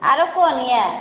आरो कोन यऽ